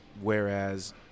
Whereas